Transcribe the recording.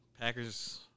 Packers